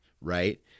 right